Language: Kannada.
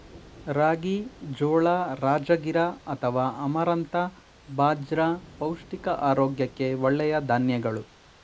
ರಾಗಿ, ಜೋಳ, ರಾಜಗಿರಾ ಅಥವಾ ಅಮರಂಥ ಬಾಜ್ರ ಪೌಷ್ಟಿಕ ಆರೋಗ್ಯಕ್ಕೆ ಒಳ್ಳೆಯ ಧಾನ್ಯಗಳು